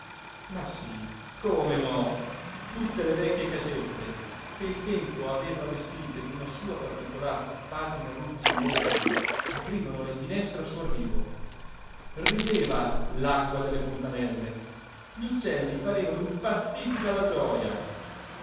ma sì come no tutte le vecchie casette che il tempo aveva vestite d'una sua particolar patina rugginosa aprivano le finestre al suo arrivo rideva l'acqua delle fontanelle gli uccelli parevano impazziti dalla gioja